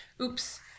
Oops